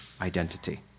identity